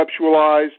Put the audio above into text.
conceptualized